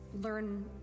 learn